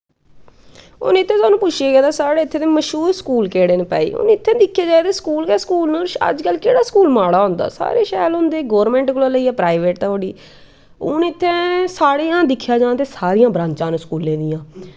हून स्हानू इत्थै पुच्छै करदे साढ़े इत्थें दे स्कूल केह्ड़े न भाई हून इत्थें दिक्खेआ जा ते स्कूल गै स्कूल न अजकल केह्ड़ा स्कूल माड़ा होंदा सारे शैल होंदे गौरमैंट कोला लेइयै प्राईवेट धोड़ी हून इत्थें साढ़ै इयां दिक्खेआ जा तां सारियां ब्रांचां न स्कूलें दियां